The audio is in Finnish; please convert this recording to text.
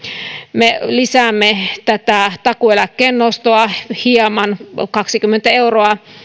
me lisäämme tätä takuueläkkeen nostoa hieman kaksikymmentä euroa